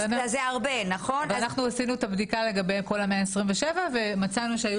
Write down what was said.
אנחנו עשינו את הבדיקה לגבי כל ה-127 ומצאנו שהיו